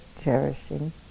cherishing